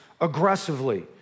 aggressively